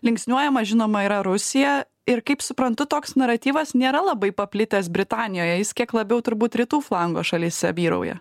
linksniuojama žinoma yra rusija ir kaip suprantu toks naratyvas nėra labai paplitęs britanijoje jis kiek labiau turbūt rytų flango šalyse vyrauja